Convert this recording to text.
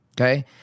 Okay